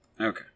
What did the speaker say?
okay